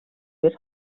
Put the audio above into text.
bir